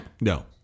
No